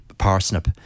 Parsnip